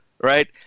right